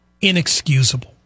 inexcusable